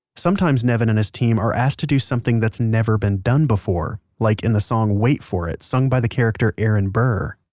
sometimes nevin and his team are asked to do something that's never been done before, like in the song wait for it sung by the character aaron burr